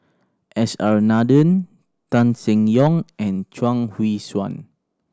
S R Nathan Tan Seng Yong and Chuang Hui Tsuan